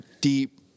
deep